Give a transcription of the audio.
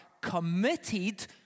committed